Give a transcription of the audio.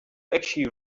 actually